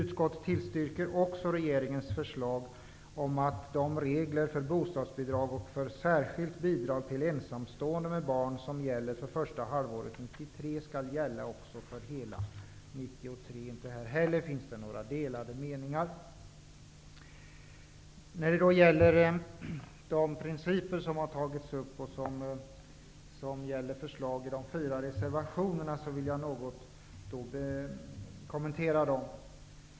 Utskottet tillstyrker också regeringens förslag om att de regler för bostadsbidrag och för särskilt bidrag till ensamstående med barn som gäller för första halvåret 1993 skall gälla för hela 1993. Inte heller om detta finns det några delade meningar. Jag vill däremot gärna kommentera de principer som tagits upp i de fyra reservationerna.